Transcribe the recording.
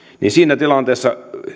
niin siinä tilanteessa